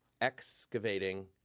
excavating